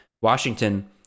Washington